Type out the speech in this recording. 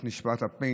את נשמת אפנו,